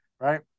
right